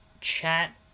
chat